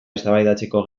eztabaidatzeko